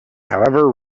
however